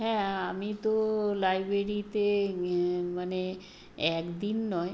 হ্যাঁ আমি তো লাইব্রেরিতে মানে এক দিন নয়